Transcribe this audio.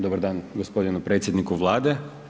Dobar dan gospodinu predsjedniku Vlade.